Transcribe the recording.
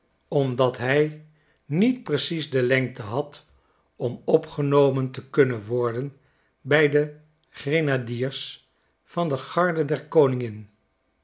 omdat hij niet precies de lengte had om opgenomen te kunnen worden bij de grenadiers van de garde der koningin